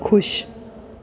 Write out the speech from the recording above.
ख़ुशि